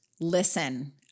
Listen